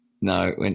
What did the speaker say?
No